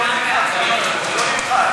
ההצעה להעביר את הצעת חוק עבודת נשים (תיקון,